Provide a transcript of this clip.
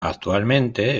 actualmente